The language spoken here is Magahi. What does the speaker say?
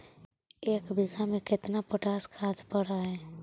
एक बिघा में केतना पोटास खाद पड़ है?